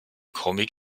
comic